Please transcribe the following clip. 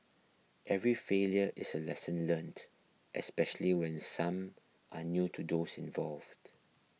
every failure is a lesson learnt especially when some are new to those involved